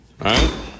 right